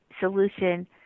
solution